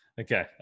Okay